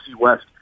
West